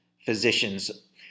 physicians